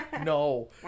No